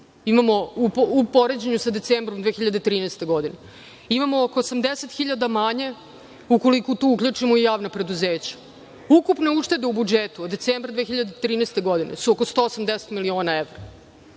upravi, u poređenju sa decembrom 2013. godine. Imamo oko 80.000 manje ukoliko tu uključimo i javna preduzeća. Ukupna ušteda u budžetu od decembra 2013. godine je oko 180 miliona evra.